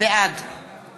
בעד